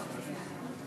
עד עשר דקות